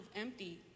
empty